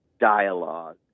dialogue